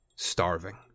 Starving